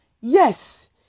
yes